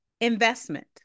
investment